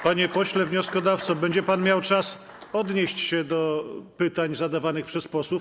Panie pośle wnioskodawco, będzie pan miał czas odnieść się do pytań zadawanych przez posłów.